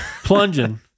Plunging